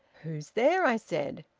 who's there i said.